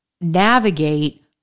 navigate